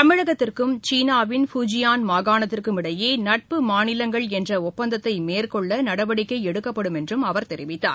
தமிழகத்திற்கும் சீனாவின் ஃபூஜியான் மாகாணத்திற்கும் இடையேநட்பு மாநிலங்கள் என்றஒப்பந்தத்தைமேற்கொள்ளநடவடிக்கைஎடுக்கப்படும் என்றும் அவர் தெரிவித்தார்